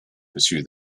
pursue